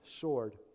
sword